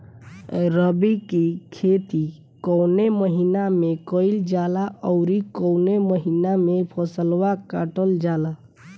रबी की खेती कौने महिने में कइल जाला अउर कौन् महीना में फसलवा कटल जाला?